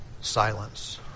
Silence